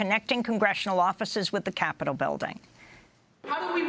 connecting congressional offices with the capitol building